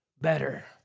better